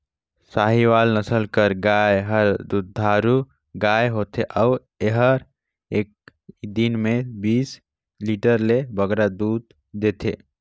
साहीवाल नसल कर गाय हर दुधारू गाय होथे अउ एहर एक दिन में बीस लीटर ले बगरा दूद देथे